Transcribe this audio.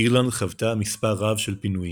אירלנד חוותה מספר רב של פינויים.